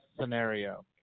scenario